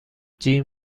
جین